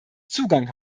zugang